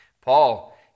Paul